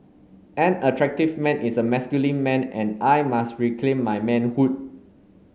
an attractive man is a masculine man and I must reclaim my manhood